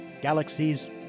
galaxies